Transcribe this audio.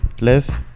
live